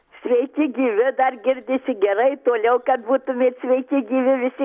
sveiki gyvi dar girdisi gerai toliau kad būtumėt sveiki gyvi visi